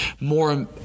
more